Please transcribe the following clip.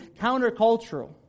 countercultural